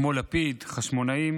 כמו לפיד וחשמונאים